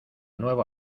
nueva